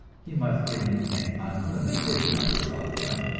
he must give me an unlimited number of them,